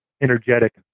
energetic